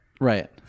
Right